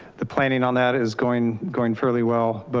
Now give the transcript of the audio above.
the planning on that is going going fairly well, but